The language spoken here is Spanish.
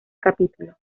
capítulo